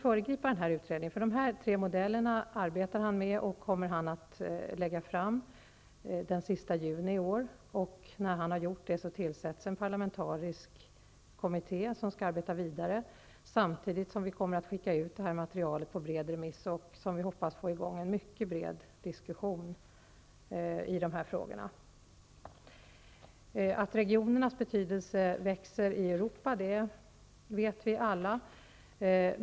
Dessa tre modeller arbetar han med, och dem kommer han att lägga fram den sista juni i år. När han har gjort det tillsätts en parlamentarisk kommitté som skall arbeta vidare, samtidigt som vi kommer att skicka ut det här materialet på bred remiss för att, som vi hoppas, få i gång en mycket bred diskussion i de här frågorna. Jag vill därför inte föregripa resultatet av Birgerssons arbete. Att regionernas betydelse i Europa växer vet vi alla.